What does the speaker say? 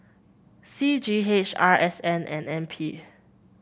C G H R S N and N P